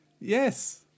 Yes